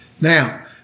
Now